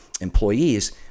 employees